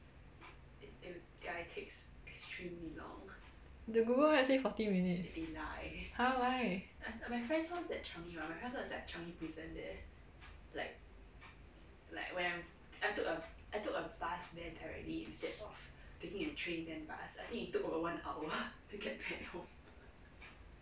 the google map say forty minutes !huh! why